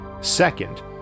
Second